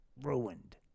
Ruined